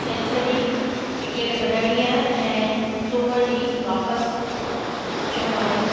छंछरु ॾींहुुं टिकिट कढाइणी आहे ऐं सूमरु ॾींहुुं वापिसि अचिणो आहे